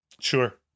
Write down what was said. Sure